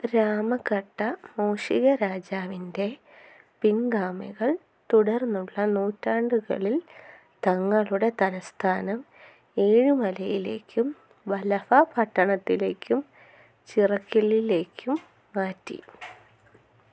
രാമഘട്ട മൂഷിക രാജാവിൻ്റെ പിൻഗാമികൾ തുടർന്നുള്ള നൂറ്റാണ്ടുകളിൽ തങ്ങളുടെ തലസ്ഥാനം ഏഴിമലയിലേക്കും വലഫ പട്ടണത്തിലേക്കും ചിറക്കലിലേക്കും മാറ്റി